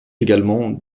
également